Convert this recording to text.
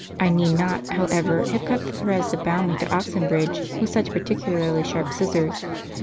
i need not, however, have cut the threads that bound me to oxenbridge with such particularly sharp scissors,